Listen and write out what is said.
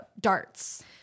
darts